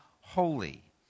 holy